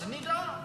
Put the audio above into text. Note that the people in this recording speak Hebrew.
אז נדע.